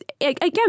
Again